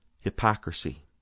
hypocrisy